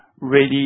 ready